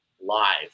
live